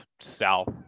South